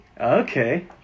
Okay